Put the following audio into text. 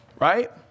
right